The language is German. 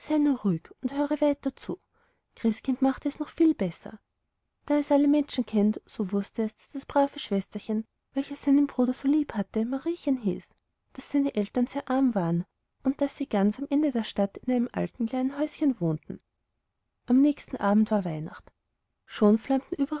ruhig und höre weiter zu christkind machte es noch viel besser da es alle menschen kennt so wußte es daß das brave schwesterchen welches seinen bruder so liebhatte mariechen hieß daß seine eltern sehr arm waren und daß sie ganz am ende der stadt in einem alten kleinen häuschen wohnten am nächsten abend war weihnacht schon flammten